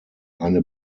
eine